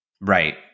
right